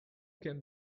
can